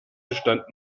zustand